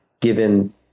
given